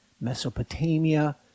Mesopotamia